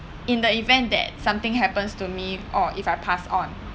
in the event that something happens to me or if I pass on